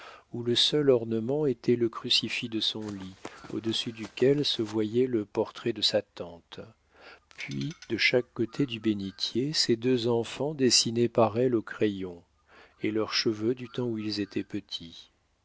où le seul ornement était le crucifix de son lit au-dessus duquel se voyait le portrait de sa tante puis de chaque côté du bénitier ses deux enfants dessinés par elle au crayon et leurs cheveux du temps où ils étaient petits